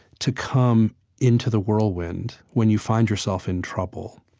to come into the whirlwind when you find yourself in trouble,